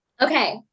Okay